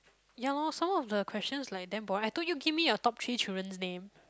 ya lor some of the questions like damn boring I told you give me your top three children's name